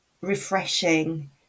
refreshing